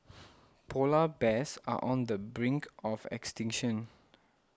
Polar Bears are on the brink of extinction